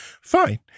Fine